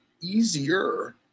easier